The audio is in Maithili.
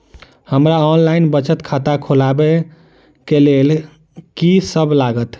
हमरा ऑनलाइन बचत खाता खोलाबै केँ लेल की सब लागत?